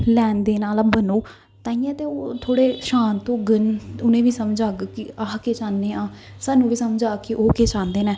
लैन देन आह्ला बनोग तांइयैं ते ओह् थोह्ड़े शांत होंगन उ'नें गी बी समझ औग कि अस केह् चाह्न्ने आं सानूं बी समझ औग कि ओह् केह् चांह्दे न